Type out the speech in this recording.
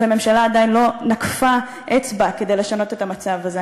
והממשלה עדיין לא נקפה אצבע כדי לשנות את המצב הזה.